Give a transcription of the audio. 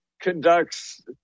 conducts